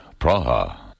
Praha